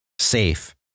Safe